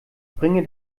bringe